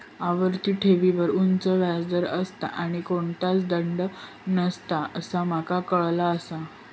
आवर्ती ठेवींवर उच्च व्याज दर असता आणि कोणतोच दंड नसता असा माका काळाला आसा